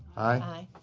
aye.